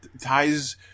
ties